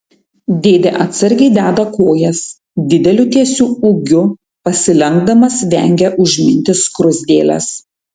dėdė atsargiai deda kojas dideliu tiesiu ūgiu pasilenkdamas vengia užminti skruzdėles